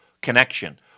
connection